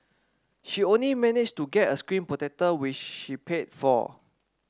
she only managed to get a screen protector which she paid for